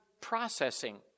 processing